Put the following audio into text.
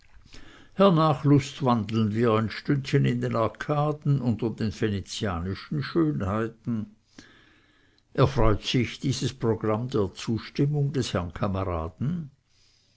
hernach lustwandeln wir ein stündchen in den arkaden unter den venezianischen schönheiten erfreut sich dieses programm der zustimmung des herrn kameraden